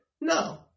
No